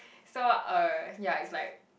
so uh yeah it's like